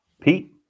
Pete